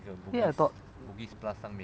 eh I thought